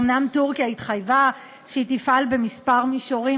אומנם טורקיה התחייבה שהיא תפעל בכמה מישורים,